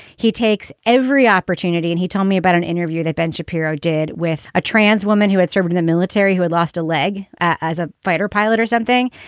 he takes every opportunity. and he told me about an interview that ben shapiro did with a trans woman who had served in the military, who had lost a leg as a fighter pilot or something.